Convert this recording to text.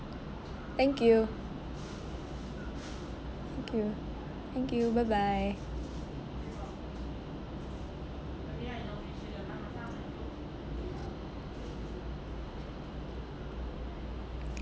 thank you thank you thank you bye bye